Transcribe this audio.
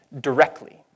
directly